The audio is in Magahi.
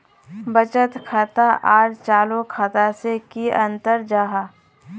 बचत खाता आर चालू खाता से की अंतर जाहा?